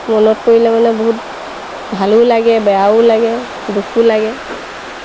মনত পৰিলে মানে বহুত ভালো লাগে বেয়াও লাগে দুখো লাগে